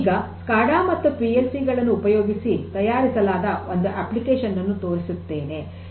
ಈಗ ನಾನು ಸ್ಕಾಡಾ ಮತ್ತು ಪಿ ಎಲ್ ಸಿ ಗಳನ್ನು ಉಪಯೋಗಿಸಿ ತಯಾರಿಸಲಾದ ಒಂದು ಅಪ್ಲಿಕೇಶನ್ ಅನ್ನು ತೋರಿಸುತ್ತೇನೆ